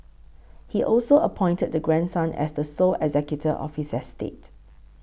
he also appointed the grandson as the sole executor of his estate